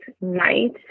night